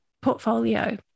portfolio